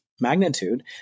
magnitude